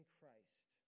Christ